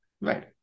right